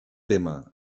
tema